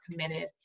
committed